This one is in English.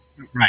Right